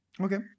Okay